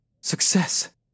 Success